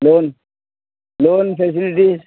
loan loan facilities